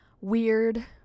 weird